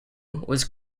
was